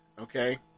okay